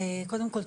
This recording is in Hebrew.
קודם כל,